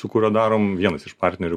su kuriuo darom vienas iš partnerių